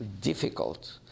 difficult